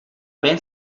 band